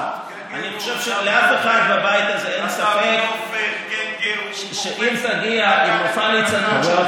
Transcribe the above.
אני חושב שלאף אחד בבית הזה אין ספק שאם תגיע עם מופע הליצנות שלך,